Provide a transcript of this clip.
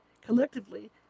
Collectively